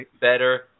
better